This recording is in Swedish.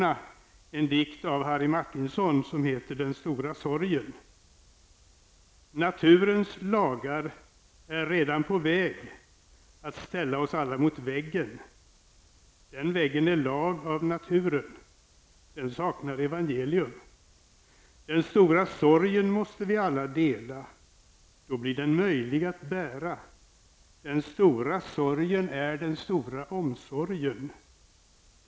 Det är en dikt av Harry Martinsson, som heter Den stora sorgen: Naturens lagar är redan på väg att ställa oss alla mot väggen. Den väggen är lag av naturen. Den saknar evangelium. Den stora sorgen måste vi alla dela. Då blir den möjlig att bära. Den stora sorgen är den stora omsorgen.